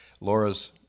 Laura's